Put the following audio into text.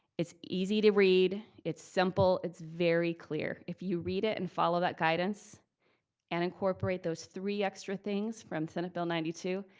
it's easy to read, it's simple, it's very clear. if you read it and follow that guidance and incorporate those three extra things from senate bill ninety two,